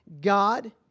God